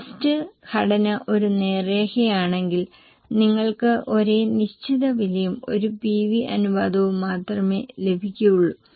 cost ഘടന ഒരു നേർരേഖയാണെങ്കിൽ നിങ്ങൾക്ക് ഒരേ നിശ്ചിത വിലയും ഒരു പിവി അനുപാതവും മാത്രമേ ലഭിക്കുന്നുള്ളൂ